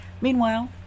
Meanwhile